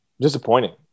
disappointing